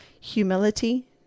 humility